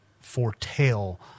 foretell